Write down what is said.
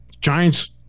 Giants